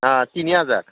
अ तिनि हाजार